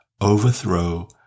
overthrow